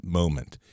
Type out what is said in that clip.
moment